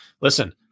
listen